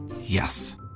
Yes